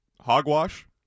Hogwash